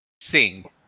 Sing